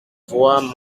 voix